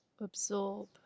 absorb